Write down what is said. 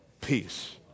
peace